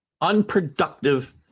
unproductive